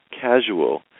casual